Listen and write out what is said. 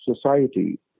society